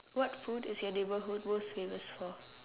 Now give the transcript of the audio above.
what food is your neighborhood most famous for